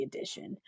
Edition